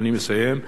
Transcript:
אני מסיים,